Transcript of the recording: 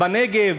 בנגב,